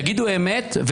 תגידו אמת.